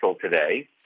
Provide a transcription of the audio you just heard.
today